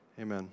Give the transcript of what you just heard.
Amen